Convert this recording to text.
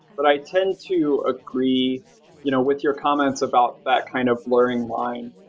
but i tend to agree you know with your comments about that kind of learning line.